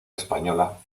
española